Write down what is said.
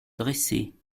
dressée